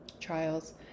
trials